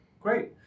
great